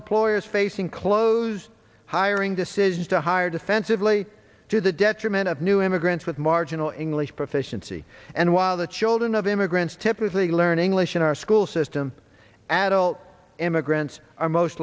employers facing close hiring decisions to hire defensively to the detriment of new immigrants with marginal english proficiency and while the children of immigrants typically learn english in our school system adult immigrants are most